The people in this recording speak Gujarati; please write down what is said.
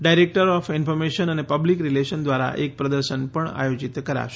ડાયરેક્ટર ઓફ ઇન્ફોરમેશન અને પબ્લિક રિલેશન દ્વારા એક પ્રદર્શન પણ આયોજીત કરાશે